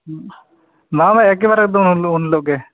ᱵᱟᱝ ᱵᱟᱝ ᱮᱠᱮᱵᱟᱨᱮ ᱮᱠᱫᱚᱢ ᱩᱱᱦᱤᱞᱳᱜ ᱜᱮ